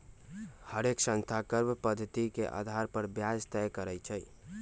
हरेक संस्था कर्व पधति के अधार पर ब्याज तए करई छई